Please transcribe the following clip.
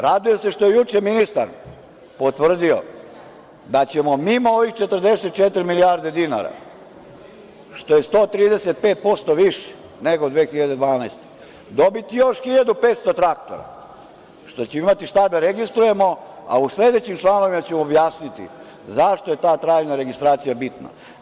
Radujem se što je juče ministar potvrdio da ćemo mimo ovih 44 milijarde dinara, što je 135% više nego 2012. godine, dobiti još 1.500 traktora, što će imati šta da registrujemo, a u sledećim članovima ću objasniti zašto je ta trajna registracija bitna.